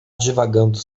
divagando